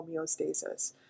homeostasis